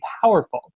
powerful